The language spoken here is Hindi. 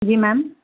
जी मैम